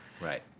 Right